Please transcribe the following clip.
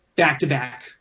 back-to-back